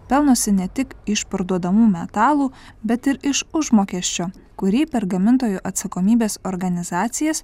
pelnosi ne tik iš parduodamų metalų bet ir iš užmokesčio kurį per gamintojų atsakomybės organizacijas